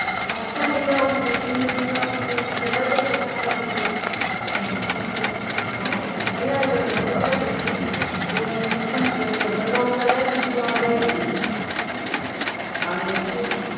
ꯑꯣ ꯁꯣꯝꯗ ꯌꯥꯎꯔꯤꯌꯦ ꯁꯣꯝꯗꯁꯨ ꯌꯥꯎꯔꯤꯌꯦ ꯐꯖꯒ꯭ꯔꯕ ꯉꯥ ꯌꯥꯎꯔꯤꯌꯦ ꯎꯝ ꯆꯪꯕꯤꯔꯛꯑꯣ ꯑꯧ ꯑꯌꯥꯏꯕꯗ ꯑꯌꯥꯏꯕꯁꯤ ꯑꯣꯏꯅ ꯁꯣꯝ ꯔꯧ ꯑꯌꯥꯏꯕꯁꯨ ꯌꯥꯎꯔꯦ ꯑꯗꯒꯤ